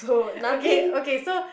okay okay so